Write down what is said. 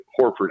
Horford